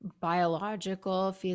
biological